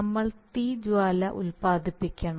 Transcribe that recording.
നമ്മൾ തീജ്വാല ഉൽപാദിപ്പിക്കണം